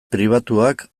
pribatuak